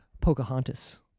Pocahontas